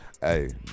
Hey